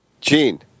Gene